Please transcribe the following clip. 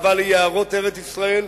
אהבה ליערות ארץ-ישראל,